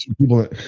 people